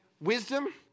wisdom